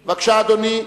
בבקשה, אדוני.